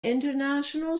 international